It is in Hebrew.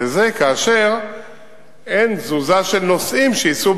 וזה כאשר אין תזוזה של נוסעים שייסעו